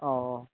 ꯑꯥꯎ ꯑꯥꯎ